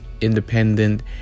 independent